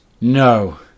No